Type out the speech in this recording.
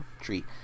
treat